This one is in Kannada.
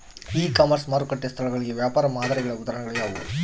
ಇ ಕಾಮರ್ಸ್ ಮಾರುಕಟ್ಟೆ ಸ್ಥಳಗಳಿಗೆ ವ್ಯಾಪಾರ ಮಾದರಿಗಳ ಉದಾಹರಣೆಗಳು ಯಾವುವು?